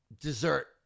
dessert